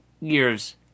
year's